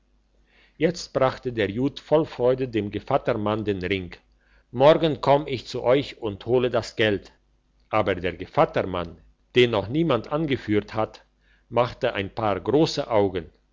jetzt brachte der jud voll freude dem gevattermann den ring morgen komm ich zu euch und hole das geld aber der gevattermann den noch niemand angeführt hat machte ein paar grosse augen